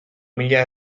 mila